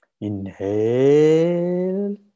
inhale